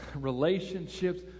relationships